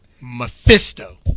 Mephisto